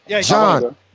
john